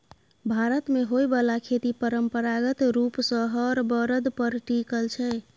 भारत मे होइ बाला खेती परंपरागत रूप सँ हर बरद पर टिकल छै